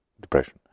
depression